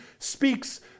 speaks